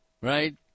right